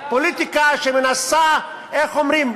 פוליטיקה שמנסה, איך אומרים?